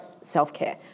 self-care